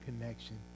connection